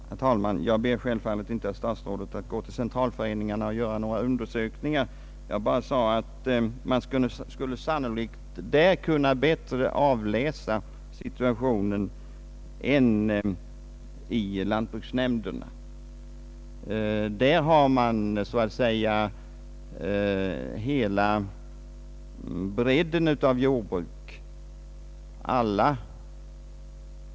Herr talman! Jag ber självfallet inte att statsrådet skall gå till centralföreningarna och göra undersökningar. Jag sade bara att man där sannolikt bättre skulle kunna avläsa situationen än i lantbruksnämnderna. Centralföreningarna har bättre möjligheter att överblicka hela jordbruket.